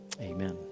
amen